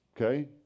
okay